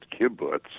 kibbutz